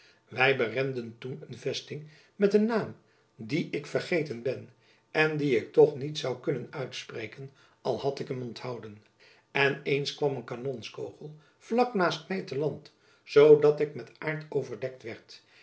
wy berenden toen een vesting met een naam dien ik vergeten ben en dien ik toch niet zoû kunnen uitspreken al had ik hem onthouden en eens kwam een kanonskogel vlak naast my te land zoodat ik met aard overdekt werd